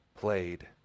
played